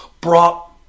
brought